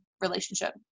relationship